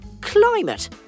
climate